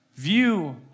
View